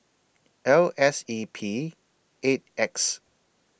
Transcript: L S E P eight X